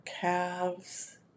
calves